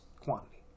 quantity